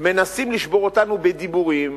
מנסים לשבור אותנו בדיבורים,